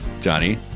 Johnny